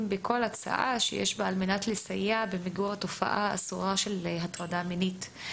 בכל הצעה שיש בה כדי לסייע במיגור התופעה האסורה של הטרדה מינית.